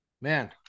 man